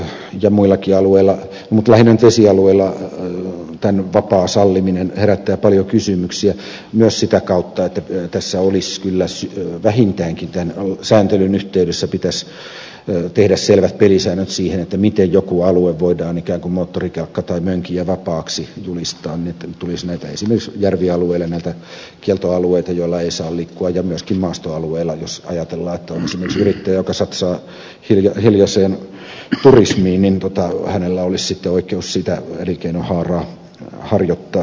vesialueilla ja muillakin alueilla mutta lähinnä nyt vesialueilla tämän vapaa salliminen herättää paljon kysymyksiä myös sitä kautta että tässä olisi kyllä vähintäänkin tämän sääntelyn yhteydessä pitänyt tehdä selvät pelisäännöt siihen miten jokin alue voidaan ikään kuin moottorikelkka tai mönkijävapaaksi julistaa niin että tulisi esimerkiksi järvialueille näitä kieltoalueita joilla ei saa liikkua ja myöskin maastoalueille jos ajatellaan että on esimerkiksi yrittäjä joka satsaa hiljaiseen turismiin niin hänellä olisi sitten oikeus sitä elinkeinohaaraa sitä bisnestä harjoittaa